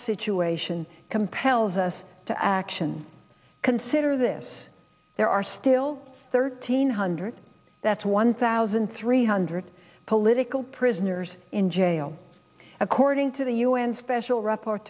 situation compels us to action consider this there are still thirteen hundred thats one thousand three hundred political prisoners in jail according to the un special rapport